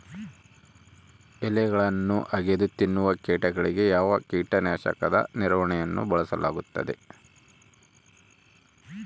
ಎಲೆಗಳನ್ನು ಅಗಿದು ತಿನ್ನುವ ಕೇಟಗಳಿಗೆ ಯಾವ ಕೇಟನಾಶಕದ ನಿರ್ವಹಣೆಯನ್ನು ಬಳಸಲಾಗುತ್ತದೆ?